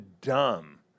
dumb